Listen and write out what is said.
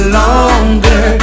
longer